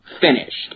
finished